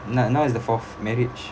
now now is the fourth marriage